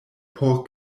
por